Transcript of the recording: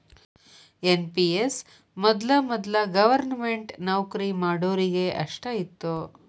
NPS ಮೊದಲ ವೊದಲ government ನೌಕರಿ ಮಾಡೋರಿಗೆ ಅಷ್ಟ ಇತ್ತು